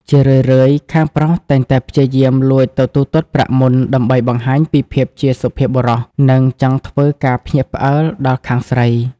ជារឿយៗ ខាងប្រុសតែងតែព្យាយាមលួចទៅទូទាត់ប្រាក់មុន ដើម្បីបង្ហាញពីភាពជាសុភាពបុរស និងចង់ធ្វើការភ្ញាក់ផ្អើលដល់ខាងស្រី។